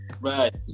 Right